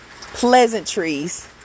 pleasantries